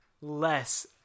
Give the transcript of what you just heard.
less